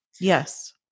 Yes